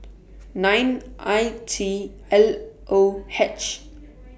nine I T L O H